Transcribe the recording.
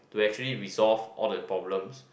to actually resolve all the problems